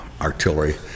artillery